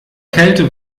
kälte